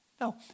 No